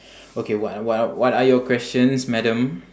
okay what are what what are your questions madam